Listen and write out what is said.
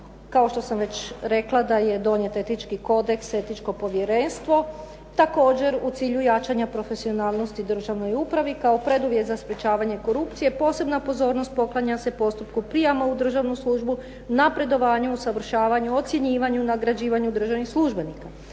kao što sam već rekla da je donijet etički kodeks, etičko povjerenstvo, također u cilju jačanja profesionalnosti državnoj upravi kao preduvjet za sprječavanje korupcije, posebna pozornost poklanja se postupku prijama u državnu službu, napredovanju, usavršavanju, ocjenjivanju, nagrađivanju državnih službenika,